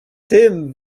tym